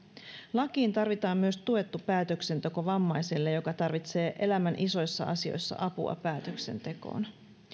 lakiin tarvitaan myös tuettu päätöksenteko vammaiselle joka tarvitsee elämän isoissa asioissa apua päätöksentekoon